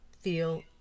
feel